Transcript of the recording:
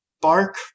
bark